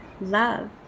love